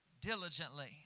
diligently